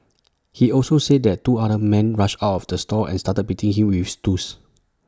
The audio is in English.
he also said that two other men rushed out of the store and started beating him with stools